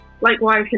likewise